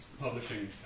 publishing